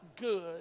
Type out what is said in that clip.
good